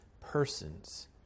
persons